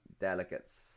delegates